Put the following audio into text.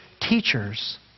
teachers